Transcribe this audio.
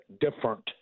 different